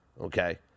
okay